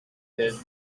did